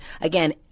again